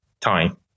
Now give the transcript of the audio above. time